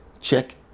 Check